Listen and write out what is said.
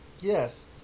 Yes